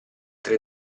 tre